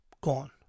gone